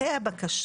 אני אסביר מה עשית,